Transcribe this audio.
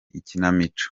ikinamico